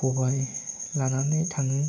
खबाइ लानानै थाङो